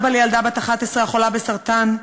אבא לילדה בת 11 החולה בסרטן,